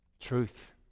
Truth